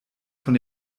von